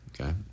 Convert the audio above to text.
okay